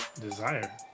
Desire